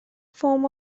form